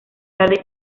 tarde